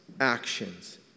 actions